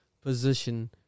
Position